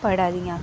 पढ़ा दी आं